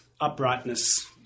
uprightness